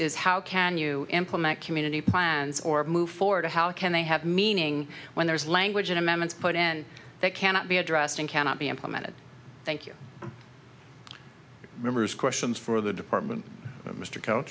is how can you implement community plans or move forward how can they have meaning when there is language in amendments put in that cannot be addressed and cannot be implemented thank you members questions for the department mr co